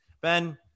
Ben